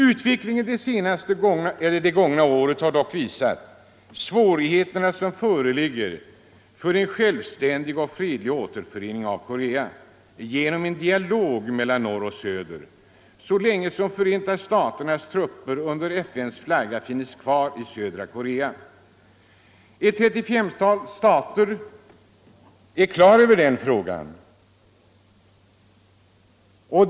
Utvecklingen under det gångna året har dock visat svårigheterna som = Bortdragande av föreligger för en självständig och fredlig återförening av Korea genom främmande trupper en dialog mellan norr och söder, så länge som Förenta staternas trupper ur Korea under FN:s flagga finns kvar i södra Korea. Ett 35-tal stater är nu klara med sitt ställningstagande i denna fråga.